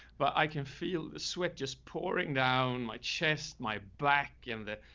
but i can feel the sweat just pouring down my chest, my black and the,